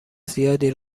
زیادی